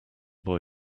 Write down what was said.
boy